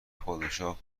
پادشاه